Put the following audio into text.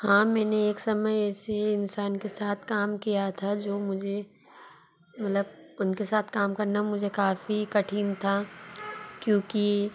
हाँ मैंने एक समय ऐसे इंसान के साथ काम किया था जो मुझे मतलब उनके साथ काम करना मुझे काफ़ी कठिन था क्योंकि